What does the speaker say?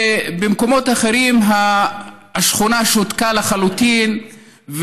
במקומות אחרים השכונה שותקה לחלוטין,